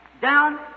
down